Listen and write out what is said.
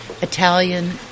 Italian